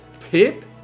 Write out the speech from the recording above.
Pip